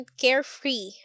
carefree